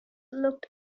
looked